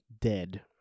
dead